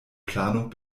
planung